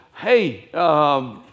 hey